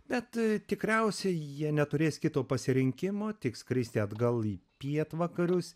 bet tikriausiai jie neturės kito pasirinkimo tik skristi atgal į pietvakarius